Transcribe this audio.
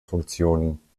funktionen